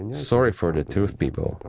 sorry for the truth, people,